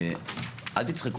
אל תצחקו.